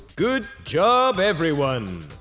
good job everyone!